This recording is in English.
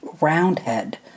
Roundhead